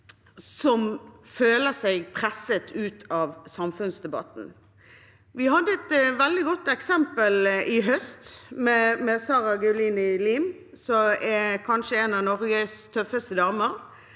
føler seg presset ut av samfunnsdebatten. Vi hadde et veldig godt eksempel i høst, med Sarah Gaulin, kanskje en av Norges tøffeste damer,